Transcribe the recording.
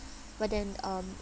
but then um